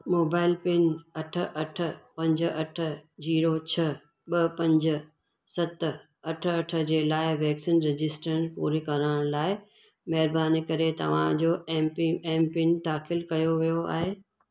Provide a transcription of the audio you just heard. mobile pin अठ अठ पंज अठ ज़ीरो छ्ह ॿ पंज सत अठ अठ जे लाइ वैक्सीन रजिस्ट्रन पूरी करण लाइ महिरबानी करे तव्हां जो एमपि एमपिन दाख़िल कयो वियो आहे